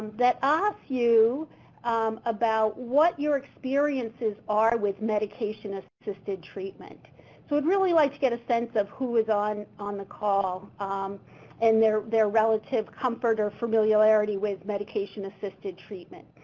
that asks you about what your experiences are with medication assisted treatment. so we would really like to get a sense of who is on on the call um and their their relative comfort or familiarity with medication assisted treatment.